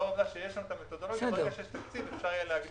ברגע שיש תקציב אפשר יהיה להגדיל.